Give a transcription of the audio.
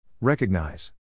recognize